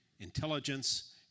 intelligence